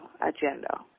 agenda